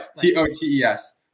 T-O-T-E-S